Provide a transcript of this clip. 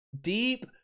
Deep